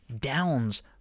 Downs